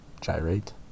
gyrate